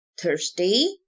Thursday